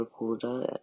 recorder